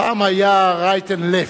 פעם היה right and left.